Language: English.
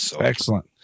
Excellent